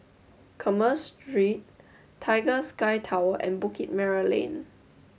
Commerce Street Tiger Sky Tower and Bukit Merah Lane